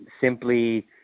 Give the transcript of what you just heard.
simply